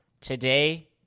today